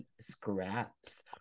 scraps